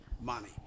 Money